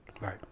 Right